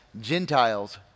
Gentiles